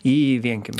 į vienkiemį